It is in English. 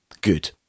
good